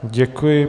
Děkuji.